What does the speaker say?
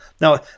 Now